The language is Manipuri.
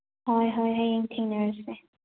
ꯍꯣꯏ ꯍꯣꯏ ꯍꯌꯦꯡ ꯊꯦꯡꯅꯔꯁꯦ